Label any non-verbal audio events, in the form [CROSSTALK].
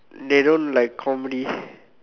dey don't like comedy [BREATH]